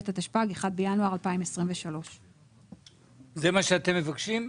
התשפ"ג (1 בינואר 2023). זה מה שאתם מבקשים?